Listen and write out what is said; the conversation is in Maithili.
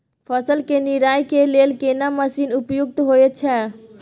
फसल के निराई के लेल केना मसीन उपयुक्त होयत छै?